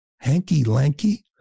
Hanky-lanky